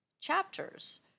chapters